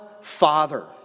Father